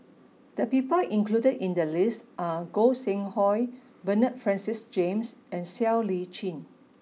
the people included in the list are Gog Sing Hooi Bernard Francis James and Siow Lee Chin